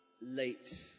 late